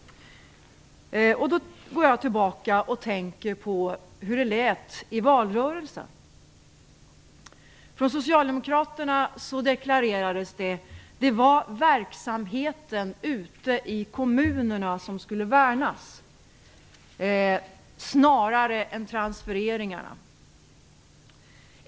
Då går jag tillbaka och tänker på hur det lät i valrörelsen. Socialdemokraterna deklarerade att det var verksamheten ute i kommunerna som skulle värnas, snarare än transfereringarna.